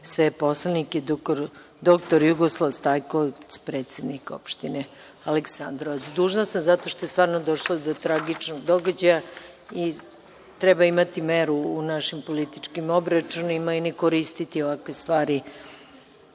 sve poslanike. Doktor Jugoslav Stajkovac, predsednik opštine Aleksandrovac“.Dužna sam da pročitam zato što je stvarno došlo do tragičnog događaja i treba imati meru u našim političkim obračunima i ne koristiti ovakve stvari